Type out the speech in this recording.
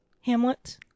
Hamlet